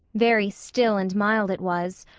very still and mild it was,